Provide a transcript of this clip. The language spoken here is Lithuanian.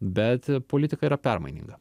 bet politika yra permaininga